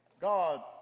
God